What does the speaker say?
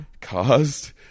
caused